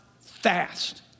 fast